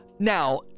Now